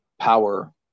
power